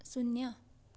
शून्य